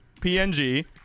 PNG